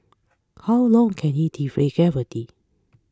how long can he defy gravity